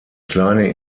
kleine